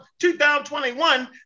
2021